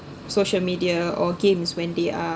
social media or games when they are